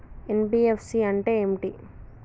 NBFC అంటే ఏమిటి?